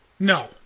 No